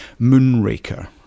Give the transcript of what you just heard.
Moonraker